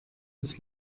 des